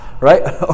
right